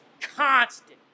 constant